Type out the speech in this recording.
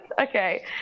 Okay